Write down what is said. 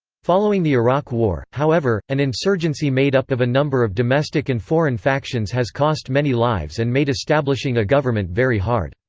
following the iraq war, however, an insurgency made up of a number of domestic and foreign factions has cost many lives and made establishing a government very hard.